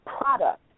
product